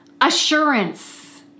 assurance